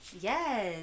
yes